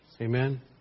Amen